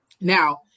Now